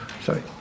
Sorry